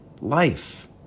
life